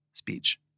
speech